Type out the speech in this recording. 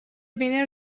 وینر